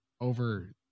over